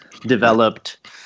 developed